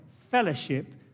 fellowship